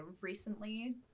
recently